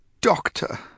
Doctor